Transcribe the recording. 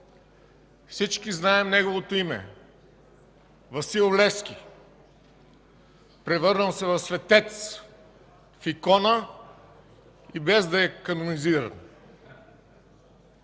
Всички знаем неговото име – Васил Левски, превърнал се в светец, в икона и без да е канонизиран.